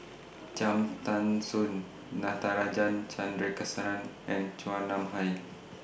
Cham Tao Soon Natarajan Chandrasekaran and Chua Nam Hai